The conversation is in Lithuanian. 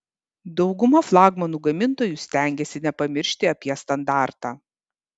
dauguma flagmanų gamintojų stengiasi nepamiršti apie standartą